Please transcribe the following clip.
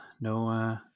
No